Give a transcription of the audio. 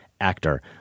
actor